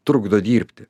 trukdo dirbti